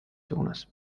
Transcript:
suunas